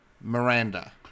Miranda